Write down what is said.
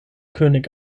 könig